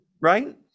right